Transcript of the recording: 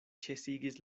ĉesigis